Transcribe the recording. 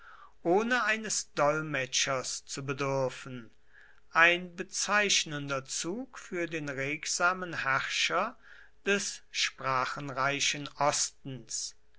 ohne eines dolmetschers zu bedürfen ein bezeichnender zug für den regsamen herrscher des sprachenreichen ostens